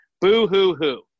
Boo-hoo-hoo